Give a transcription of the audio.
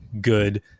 good